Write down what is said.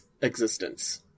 existence